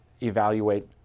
evaluate